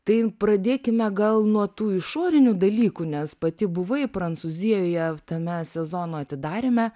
tai ir pradėkime gal nuo tų išorinių dalykų nes pati buvai prancūzijoje tame sezono atidaryme